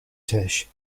tisch